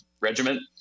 regiment